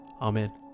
Amen